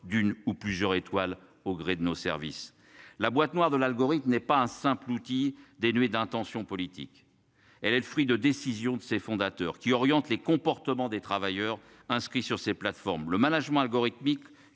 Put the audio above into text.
d'une ou plusieurs étoiles au gré de nos services. La boîte noire de l'algorithme n'est pas un simple outil dénué d'intentions politiques. Elle est le fruit de décisions de ses fondateurs qui oriente les comportements des travailleurs inscrits sur ces plateformes. Le management algorithmique